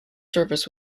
service